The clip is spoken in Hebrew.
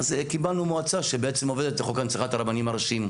אז קיבלנו מועצה שבעצם עובדת על חוק הנצחת הרבנים הראשיים.